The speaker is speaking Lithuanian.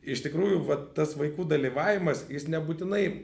iš tikrųjų vat tas vaikų dalyvavimas jis nebūtinai